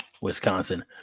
wisconsin